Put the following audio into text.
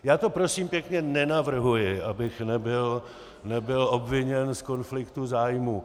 Já to prosím pěkně nenavrhuji, abych nebyl obviněn z konfliktu zájmů.